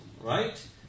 right